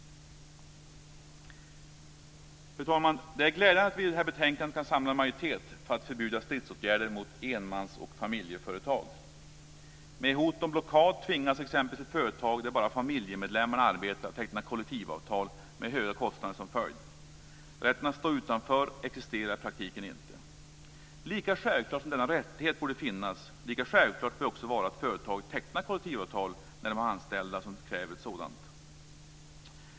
Fru talman! Det är glädjande att vi i detta betänkande kan samla en majoritet för att förbjuda stridsåtgärder mot enmans och familjeföretag. Med hot om blockad tvingas exempelvis ett företag där bara familjemedlemmarna arbetar att teckna kollektivavtal, med höga kostnader som följd. Rätten att stå utanför existerar i praktiken inte. Lika självklart som det är att denna rättighet borde finnas bör det vara att företaget tecknar kollektivavtal när de har anställda som kräver ett sådant.